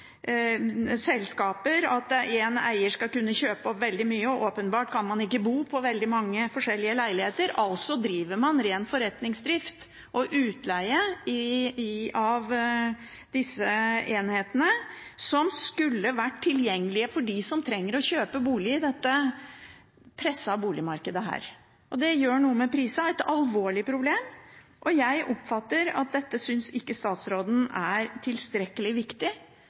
selskaper, og at én eier skal kunne kjøpe opp veldig mye. Man kan åpenbart ikke bo i veldig mange forskjellige leiligheter, altså driver man ren forretningsdrift med utleie av disse enhetene, som skulle vært tilgjengelig for dem som trenger å kjøpe bolig i dette pressede boligmarkedet. Det gjør noe med prisene – det er et alvorlig problem. Jeg oppfatter at statsråden ikke synes dette er tilstrekkelig viktig